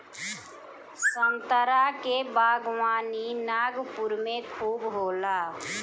संतरा के बागवानी नागपुर में खूब होला